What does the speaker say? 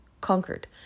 conquered